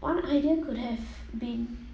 one idea could have been